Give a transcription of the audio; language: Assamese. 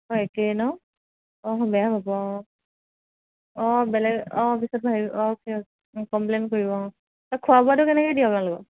অঁ একেই ন অহ বেয়া হব অঁ অঁ বেলেগ পিছত ভাবিম অ'কে অ'কে হেৰি কমপ্লেইন কৰিব অঁ খোৱা বোৱাটো কেনেকৈ দিয়ে আপোনালোকৰ